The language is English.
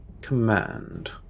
command